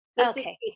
Okay